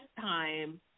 time